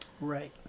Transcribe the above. Right